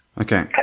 okay